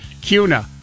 CUNA